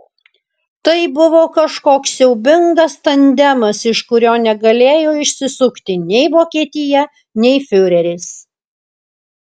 tai buvo kažkoks siaubingas tandemas iš kurio negalėjo išsisukti nei vokietija nei fiureris